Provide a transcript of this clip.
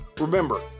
Remember